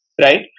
right